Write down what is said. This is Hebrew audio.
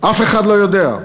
אף אחד לא יודע.